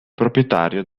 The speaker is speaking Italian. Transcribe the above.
proprietario